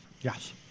Yes